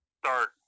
start